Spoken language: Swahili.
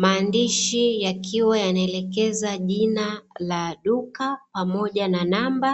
maandishi yakiwa yanaelekeza jina la duka pamoja na namba.